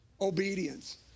Obedience